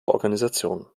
organisationen